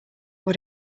what